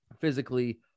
physically